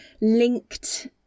linked